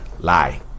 Lie